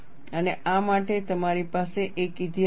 અને આ માટે તમારી પાસે એક ઇતિહાસ છે